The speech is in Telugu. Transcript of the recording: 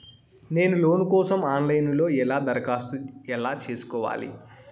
నేను లోను కోసం ఆన్ లైను లో ఎలా దరఖాస్తు ఎలా సేసుకోవాలి?